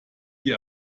die